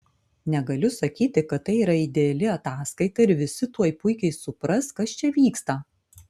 negaliu sakyti kad tai yra ideali ataskaita ir visi tuoj puikiai supras kas čia vyksta